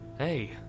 Hey